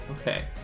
Okay